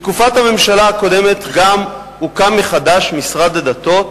בתקופת הממשלה הקודמת גם הוקם מחדש משרד הדתות,